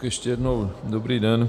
Ještě jednou dobrý den.